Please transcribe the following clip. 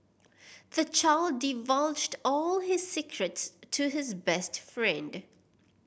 the child divulged all his secrets to his best friend